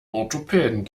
orthopäden